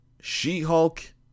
She-Hulk